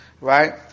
right